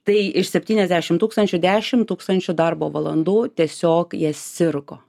tai iš septyniasdešimt tūkstančių dešimt tūkstančių darbo valandų tiesiog jie sirgo